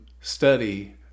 study